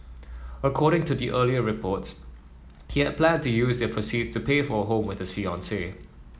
according to the earlier reports he had planned to use the proceeds to pay for a home with his fiancee